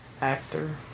actor